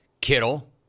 Kittle